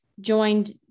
joined